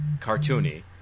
cartoony